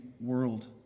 world